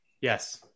Yes